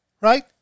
right